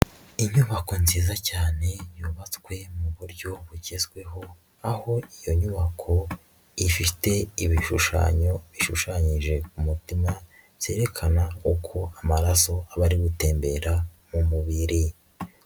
Inyubako nziza cyane yubatswe mu buryo bugezweho aho iyo nyubako ifite ibishushanyo bishushanyije umutima byerekana uko amaraso aba ari gutembera mu mubiri.